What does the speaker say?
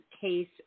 case